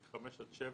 (5) עד (7),